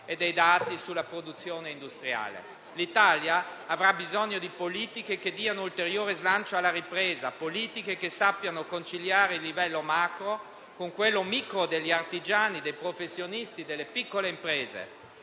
e dei dati sulla produzione industriale. L'Italia avrà bisogno di politiche che diano ulteriore slancio alla ripresa; politiche che sappiano conciliare il livello macro con quello micro degli artigiani, dei professionisti, delle piccole imprese.